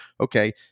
okay